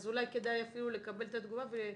אז אולי כדאי אפילו לקבל את התגובה.